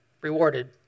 rewarded